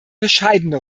bescheidene